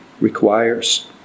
requires